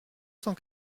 cent